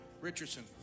Richardson